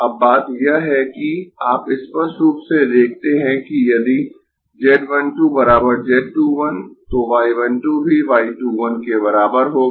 अब बात यह है कि आप स्पष्ट रूप से देखते है कि यदि z 1 2 z 2 1 तो y 1 2 भी y 2 1 के बराबर होगा